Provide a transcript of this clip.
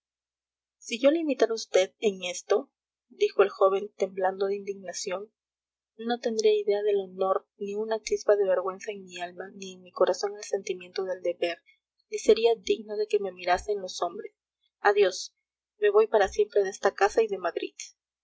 si yo le imitara a vd en esto dijo el joven temblando de indignación no tendría idea del honor ni una chispa de vergüenza en mi alma ni en mi corazón el sentimiento del deber ni sería digno de que me mirasen los hombres adiós me voy para siempre de esta casa y de madrid